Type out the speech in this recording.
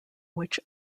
which